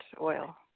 oil